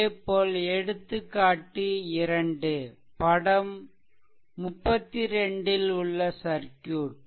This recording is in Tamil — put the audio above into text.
அதேபோல் எடுத்துக்காட்டு 2படம் 32 ல் உள்ள சர்க்யூட்